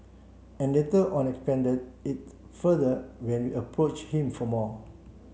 and later on expanded it further when approach him for more